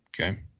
Okay